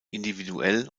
individuell